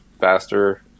faster